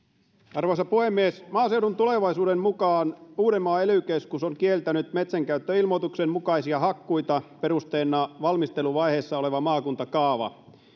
arvoisa puhemies maaseudun tulevaisuuden mukaan uudenmaan ely keskus on kieltänyt metsänkäyttöilmoituksen mukaisia hakkuita perusteena valmisteluvaiheessa oleva maakuntakaava